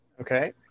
Okay